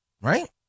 Right